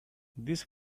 this